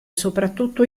soprattutto